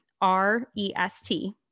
R-E-S-T